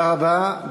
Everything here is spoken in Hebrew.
תודה רבה.